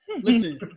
Listen